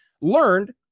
learned